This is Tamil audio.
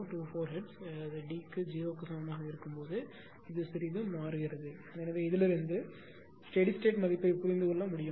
024 ஹெர்ட்ஸ் டி 0 க்கு சமமாக இருந்தால் சிறிது மாறும் எனவே இதிலிருந்து ஸ்டெடி ஸ்டேட் மதிப்பைப் புரிந்து கொள்ள முடியும்